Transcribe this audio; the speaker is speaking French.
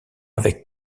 avec